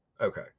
Okay